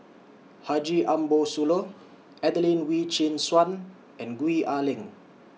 Haji Ambo Sooloh Adelene Wee Chin Suan and Gwee Ah Leng